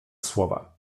słowa